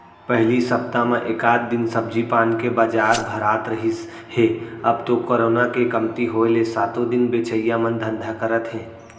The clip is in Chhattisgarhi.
पहिली सप्ता म एकात दिन सब्जी पान के बजार भरात रिहिस हे अब तो करोना के कमती होय ले सातो दिन बेचइया मन धंधा करत हे